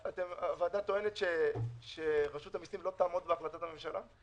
הוועדה טוענת שרשות המסים לא תעמוד בהחלטת הממשלה?